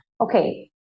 Okay